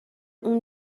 اون